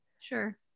Sure